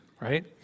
right